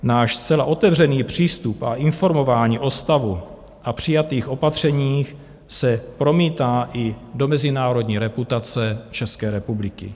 Náš zcela otevřený přístup a informování o stavu a přijatých opatřeních se promítá i do mezinárodní reputace České republiky.